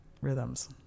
rhythms